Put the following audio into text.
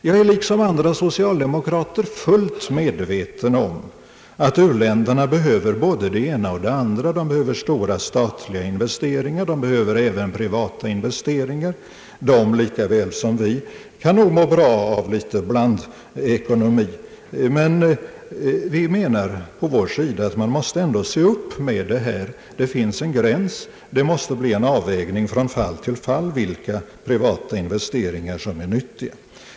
Jag är liksom andra socialdemokrater fullt medveten om att u-länderna behöver både det ena och det andra. De behöver stora statliga investeringar, de behöver även privata investeringar. De, likaväl som vi, kan nog må bra av blandekonomi. Men vi menar att man ändå måste se upp med detta. Det finns en gräns, det måste bli en avvägning från fall till fall om vilka privata investeringar som är nyttiga.